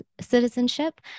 citizenship